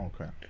okay